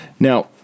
Now